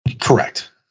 Correct